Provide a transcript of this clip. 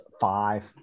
five